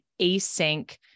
async